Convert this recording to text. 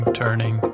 turning